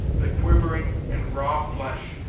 the quivering and raw flesh,